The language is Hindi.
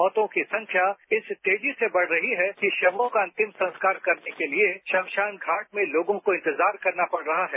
मौतों की संख्या इस तेजी से बढ़ रही है कि शवों का अंतिम संस्कार करने के लिए श्मशान घाट में लोगों को इंतजार करना पड़ रहा है